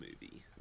movie